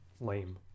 lame